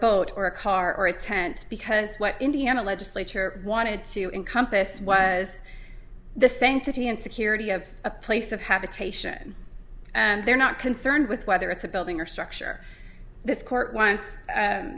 boat or a car or a tent because what indiana legislature wanted to encompass was the sanctity and security of a place of habitation and they're not concerned with whether it's a building or structure this court